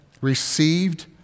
received